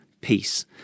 peace